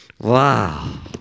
Wow